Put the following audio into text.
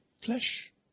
flesh